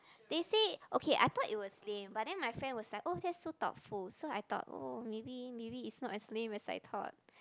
they say okay I thought it was lame but then my friend was like oh that's so thoughtful so I thought oh maybe maybe it's not as lame as I thought